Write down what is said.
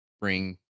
bring